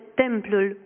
templul